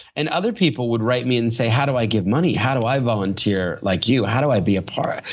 and other people would write me and say, how do i give money? how do i volunteer like you? how do i be a part?